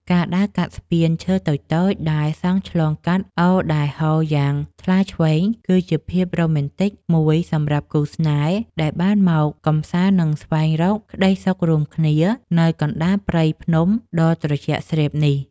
ការដើរកាត់ស្ពានឈើតូចៗដែលសង់ឆ្លងកាត់អូរដែលហូរយ៉ាងថ្លាឈ្វេងគឺជាភាពរ៉ូមែនទិកមួយសម្រាប់គូស្នេហ៍ដែលបានមកកម្សាន្ត និង ស្វែងរកក្តីសុខរួមគ្នានៅកណ្ដាលព្រៃភ្នំដ៏ត្រជាក់ស្រេបនេះ។